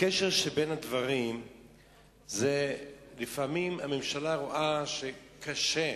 הקשר שבין הדברים הוא שלפעמים הממשלה רואה שקשה,